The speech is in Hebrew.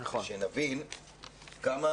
שנבין כמה